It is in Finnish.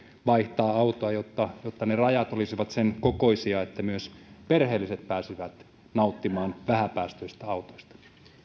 vaihtaa autoa jotta jotta ne rajat olisivat sen kokoisia että myös perheelliset pääsisivät nauttimaan vähäpäästöisistä autoista